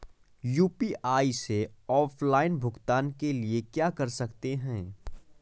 UPI से offline भुगतान के लिए क्या कर सकते हैं?